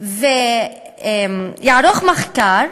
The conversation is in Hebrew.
ויערוך מחקר,